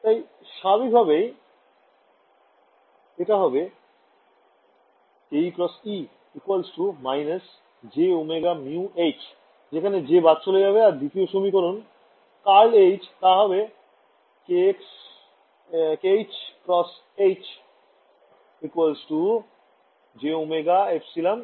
তাই স্বাভাবিকভাবেই এটা হবে ke × E − jωμH যেখানে j বাদ চলে যাবে আর দ্বিতীয় সমীকরণ curl h তা হবে kh × H jωεH